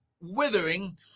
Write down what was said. withering